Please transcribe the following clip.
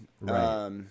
Right